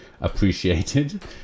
appreciated